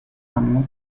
anno